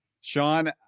sean